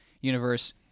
universe